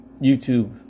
YouTube